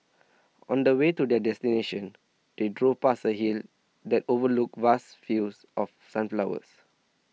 on the way to their destination they drove past a hill that overlooked vast fields of sunflowers